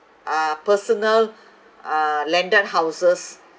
uh personal uh landed houses